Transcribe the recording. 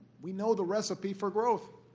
we know the recipe for growth,